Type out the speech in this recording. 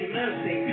mercy